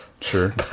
sure